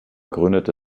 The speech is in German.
gründete